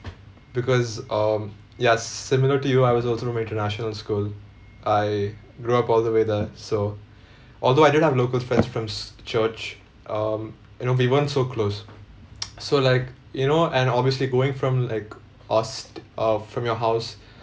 because um yes similar to you I was also from international school I grew up all the way there so although I did have local friends from s~ church um you know we weren't so close so like you know and obviously going from like us uh from your house